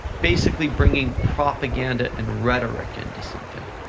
basically bringing propaganda and rhetoric into something.